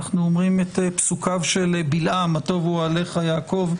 אנו אומרים את פסוקי בלעם: מה טובו אוהליך יעקב,